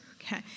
okay